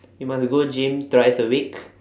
you must go gym twice a week